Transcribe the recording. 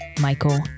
Michael